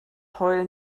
heulen